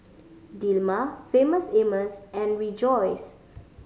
Dilmah Famous Amos and Rejoice